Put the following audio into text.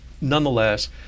nonetheless